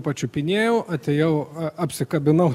pačiupinėjau atėjau apsikabinau